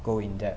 go in depth